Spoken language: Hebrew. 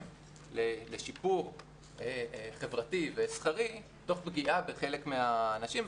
לשיפור חברתי ושכרי תוך פגיעה בחלק מהאנשים,